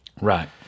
Right